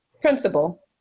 principal